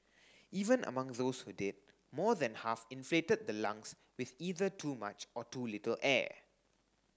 even among those who did more than half inflated the lungs with either too much or too little air